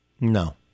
No